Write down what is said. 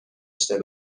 چعر